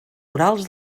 orals